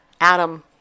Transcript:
Adam